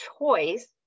choice